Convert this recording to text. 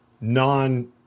non